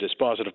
dispositive